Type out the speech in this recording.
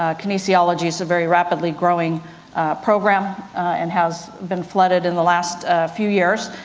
ah kinesiology is a very rapidly growing program and has been flooded in the last few years.